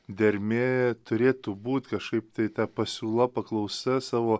dermė turėtų būt kažkaip tai ta pasiūla paklausa savo